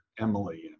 Emily